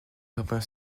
première